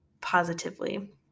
positively